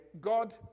God